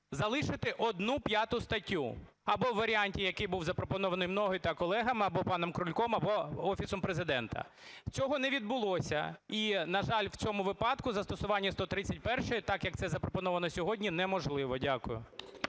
залишити одну 5 статтю, або у варіанті, який був запропонований мною та колегами, або паном Крульком, або Офісом Президента. Цього не відбулося, і, на жаль, в цьому випадку застосування 131-ї так, як це запропоновано сьогодні, неможливо. Дякую.